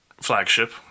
flagship